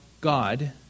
God